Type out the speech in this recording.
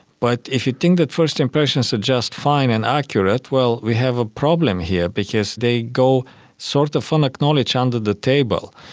but if you think that first impressions are just fine and accurate, well, we have a problem here because they go sort of unacknowledged, under the table.